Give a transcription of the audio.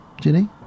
Ginny